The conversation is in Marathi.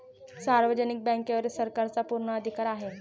सार्वजनिक बँकेवर सरकारचा पूर्ण अधिकार आहे